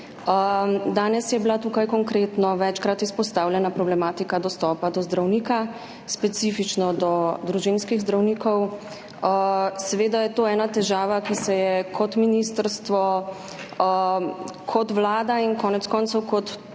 Danes je bila tukaj konkretno večkrat izpostavljena problematika dostopa do zdravnika, specifično do družinskih zdravnikov. Seveda je to ena težava, ki se je ministrstvo, Vlada in konec koncev očitno